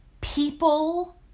people